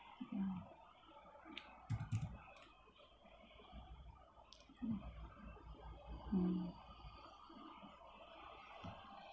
mm mm mm